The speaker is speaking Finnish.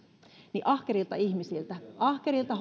niin ahkerilta ihmisiltä ahkerilta